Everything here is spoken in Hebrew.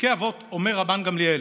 בפרקי אבות אומר רבן גמליאל: